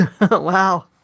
Wow